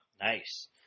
Nice